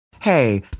Hey